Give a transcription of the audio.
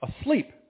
asleep